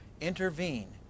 intervene